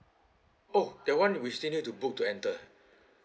oh that [one] we still need to book to enter